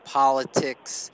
politics